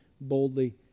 boldly